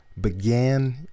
began